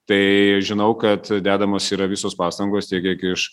tai žinau kad dedamos yra visos pastangos tiek kiek iš